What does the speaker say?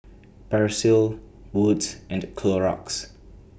Persil Wood's and Clorox